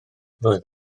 roedd